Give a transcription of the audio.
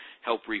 Help